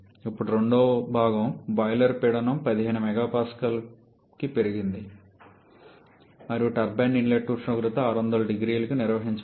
ఇప్పుడు రెండవ భాగం బాయిలర్ పీడనం 15 MPaకి పెరిగింది మరియు టర్బైన్ ఇన్లెట్ ఉష్ణోగ్రత 600 0C వద్ద నిర్వహించబడుతుంది